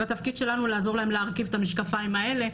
והתפקיד שלנו לעזור להן להרכיב את המשקפיים האלה,